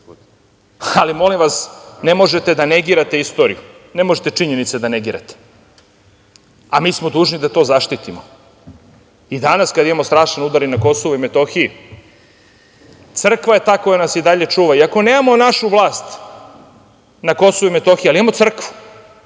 ali, molim vas, ne možete da negirate istoriju, ne možete činjenice da negirate, a mi smo dužni da to zaštitimo. Danas, kada imamo i strašan udar na KiM, crkva je ta koja nas i dalje čuva. Iako nemamo našu vlast na KiM, imamo crkvu